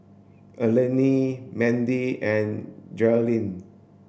Alline Mindy and Geralyn